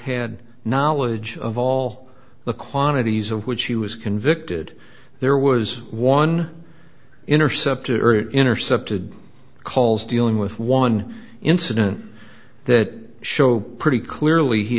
had knowledge of all the quantities of which he was convicted there was one interceptor earlier intercepted calls dealing with one incident that show pretty clearly he